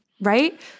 Right